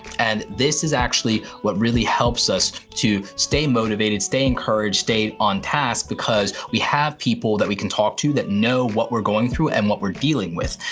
and this is actually what really helps us to stay motivated, stay encouraged, stay on task because we have people that we can talk to that know what we're going through and what we're dealing with.